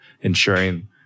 ensuring